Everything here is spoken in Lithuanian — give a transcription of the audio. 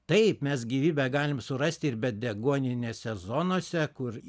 taip mes gyvybę galim surasti ir be deguoninėse zonose kur